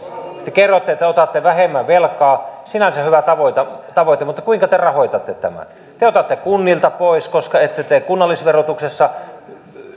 kerroitte että otatte vähemmän velkaa sinänsä hyvä tavoite mutta kuinka te rahoitatte tämän te otatte kunnilta pois koska ette tee kunnallisverotuksessa